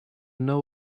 know